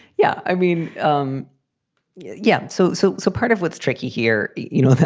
yeah. i mean. um yeah. yeah so so. so part of what's tricky here. you know,